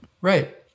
Right